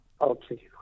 Okay